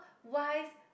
why